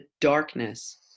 darkness